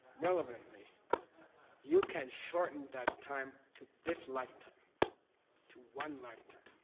relevantly you can shorten that time to this lifetime to one lifetime.